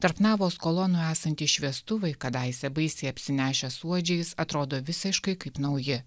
tarp navos kolonų esantys šviestuvai kadaise baisiai apsinešęs suodžiais atrodo visiškai kaip nauji